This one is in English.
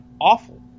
awful